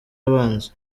abanza